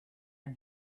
and